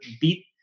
beat